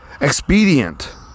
Expedient